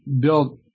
built